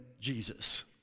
Jesus